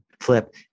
flip